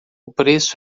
preço